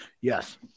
Yes